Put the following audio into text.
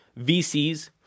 VCs